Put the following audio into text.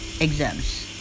exams